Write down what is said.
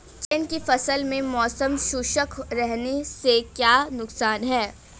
चने की फसल में मौसम शुष्क रहने से क्या नुकसान है?